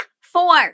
Four